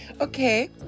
Okay